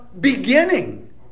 beginning